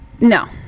no